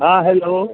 हँ हेलो